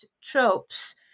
tropes